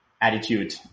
attitude